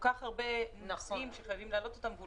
כך הרבה נושאים שחייבים להעלות אותם.